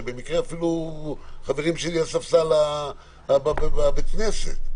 שבמקרה הם אפילו חברים שלי לספסל בית הכנסת,